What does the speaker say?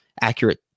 accurate